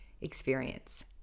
experience